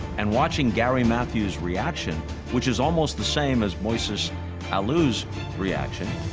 and watching gary matthews' reaction which is almost the same as moises alou's reaction.